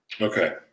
okay